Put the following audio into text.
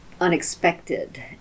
unexpected